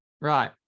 Right